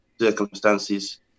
circumstances